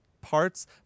parts